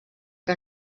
que